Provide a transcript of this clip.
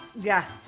Yes